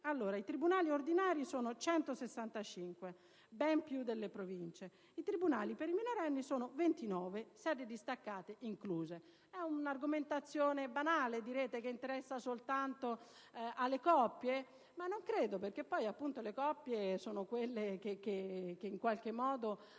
I tribunali ordinari sono 165, ben più delle Province: i tribunali per i minorenni sono 29, sedi distaccate incluse. È un'argomentazione banale, direte, che interessa soltanto alle coppie? Non credo, perché poi le coppie sono quelle che hanno anche questi